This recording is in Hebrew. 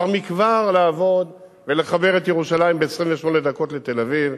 כבר מכבר לעבוד ולחבר את ירושלים ב-28 דקות לתל-אביב,